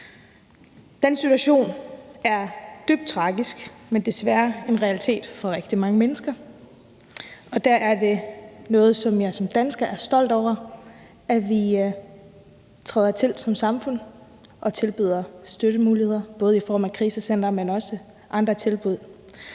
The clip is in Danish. Den situation er dybt tragisk, men desværre en realitet for rigtig mange mennesker, og der er det, at jeg som dansker er stolt over, at vi træder til som samfund og tilbyder støttemuligheder, både i form af krisecentre, men også andre tilbud.